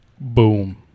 Boom